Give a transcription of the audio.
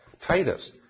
Titus